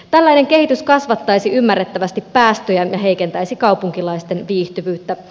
tällainen kehitys kasvattaisi ymmärrettävästi päästöjä ja heikentäisi kaupunkilaisten viihtyvyyttä